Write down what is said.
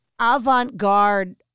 avant-garde